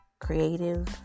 creative